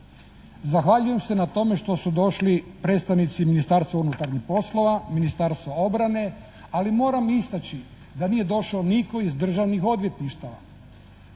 Zahvaljujem se na tome što su došli predstavnici Ministarstva unutarnjih poslova, Ministarstva obrane, ali moram istaći da nije došao nitko iz državnih odvjetništava.